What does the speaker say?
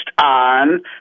on